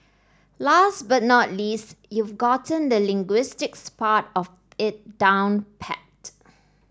last but not least you've gotten the linguistics part of it down pat